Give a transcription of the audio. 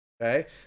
Okay